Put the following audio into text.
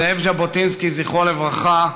זאב ז'בוטינסקי, זכרו לברכה,